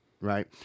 right